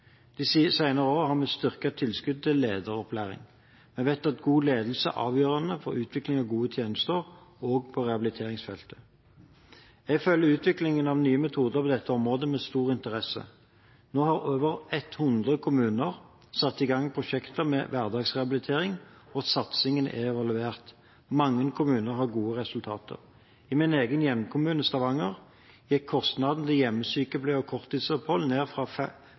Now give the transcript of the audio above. De senere årene har vi styrket tilskuddet til lederopplæring. Vi vet at god ledelse er avgjørende for utvikling av gode tjenester, også på rehabiliteringsfeltet. Jeg følger utviklingen av nye metoder på dette området med stor interesse. Nå har over 100 kommuner satt i gang prosjekter med hverdagsrehabilitering, og satsingen er evaluert. Mange kommuner har gode resultater. I min egen hjemkommune, Stavanger, gikk kostnadene til hjemmesykepleie og korttidsopphold ned fra